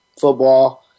football